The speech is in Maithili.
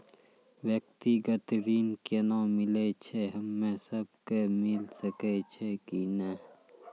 व्यक्तिगत ऋण केना मिलै छै, हम्मे सब कऽ मिल सकै छै कि नै?